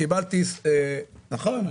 נכון,